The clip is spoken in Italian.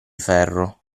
ferro